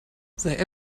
sei